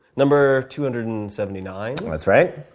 number two hundred and seventy nine. that's right.